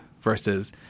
versus